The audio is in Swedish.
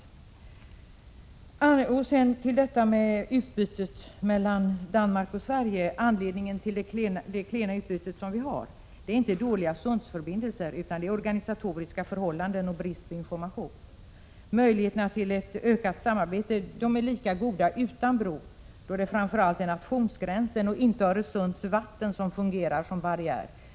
Anledningen till det klena utbytet mellan Danmark och Sverige är inte dåliga sundsförbindelser utan det är organisatoriska förhållanden och brister iinformationen. Möjligheterna till ett ökat samarbete är lika goda utan bro, då det framför allt är nationsgränsen och inte Öresunds vatten som fungerar som barriär.